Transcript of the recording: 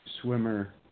swimmer